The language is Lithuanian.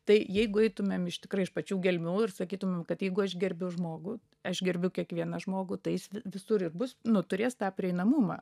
tai jeigu eitumėm iš tikrai iš pačių gelmių ir sakytumėm kad jeigu aš gerbiu žmogų aš gerbiu kiekvieną žmogų taip jis visur ir bus nu turės tą prieinamumą